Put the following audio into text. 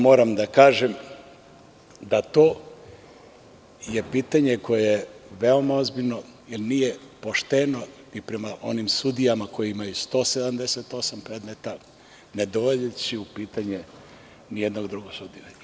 Moram da kažem da je to pitanje koje je veoma ozbiljno jer nije pošteno i prema onim sudijama koji imaju 178 predmeta, ne dovodeći u pitanje nijednog drugog sudiju.